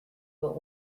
but